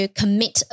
commit